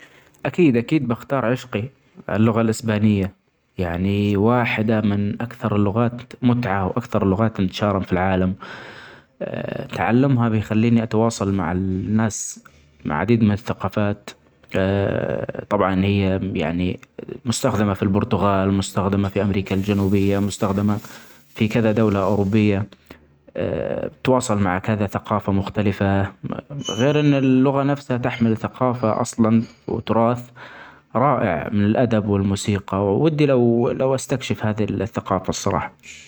أكيد أكيد بختار عشقي اللغة الأسبانية يعني واحدة من أكثر اللغات متعة وأكثر اللغات إنتشارا في العالم، تعلمها بيخليني أتواصل مع الناس ، عديد من الثقافات طبعا هيا يعني مستخدمة في البرتغال ، مستخدمة في أمريكة الجنوبية مستخدمة في كذا دولة أوروبية ،تواصل مع كذا ثقافة مختلفة غير أن اللغة نفسها تحمل ثقافة أصلا وتراث رائع من الأدب والموسيقي ودي لو -لو أستكشف هذه ال- الثقافة الصراحة.